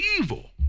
evil